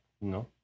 No